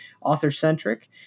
author-centric